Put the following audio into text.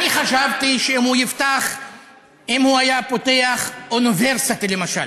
אני חשבתי שאם הוא היה פותח אוניברסיטה, למשל,